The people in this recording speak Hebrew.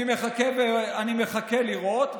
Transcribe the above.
חכה, אני מחכה לראות.